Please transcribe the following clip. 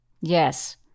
Yes